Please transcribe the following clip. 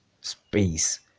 space